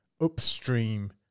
upstream